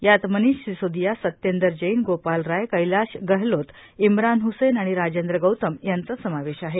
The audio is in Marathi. यात मनिष सिसोदिया सत्येंदर जैन गोपाल राय कैलाश गहलोत इम्रान हसैन आणि राजेंद्र गौतम यांचा समावेश आहे